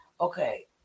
Okay